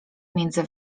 między